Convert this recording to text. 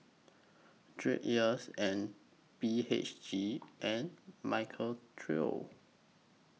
Dreyers and B H G and Michael Trio